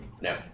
No